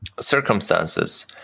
circumstances